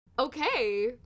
Okay